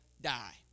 die